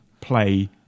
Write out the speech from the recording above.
play